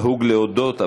נהוג להודות,